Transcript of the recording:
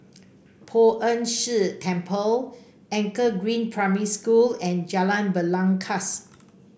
Poh Ern Shih Temple Anchor Green Primary School and Jalan Belangkas